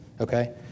okay